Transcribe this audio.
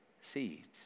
seeds